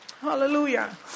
Hallelujah